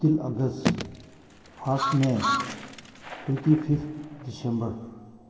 fifteen August first may twenty-fifth December